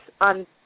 on